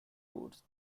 roots